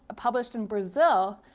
ah published in brazil,